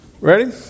Ready